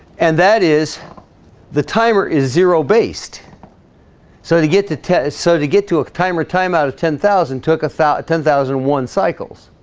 and that is the timer is zero based so to get to test so to get to a timer time out of ten thousand took a foul at ten thousand one cycles